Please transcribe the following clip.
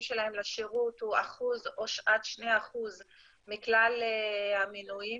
שלהם לשירות הוא 1%-2% מכלל המנויים